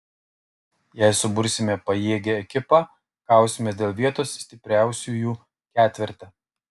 jei subursime pajėgią ekipą kausimės dėl vietos stipriausiųjų ketverte